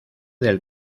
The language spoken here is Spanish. del